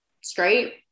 straight